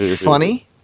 funny